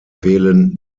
wählen